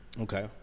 Okay